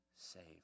saved